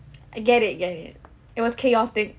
I get it get it it was chaotic